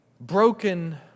broken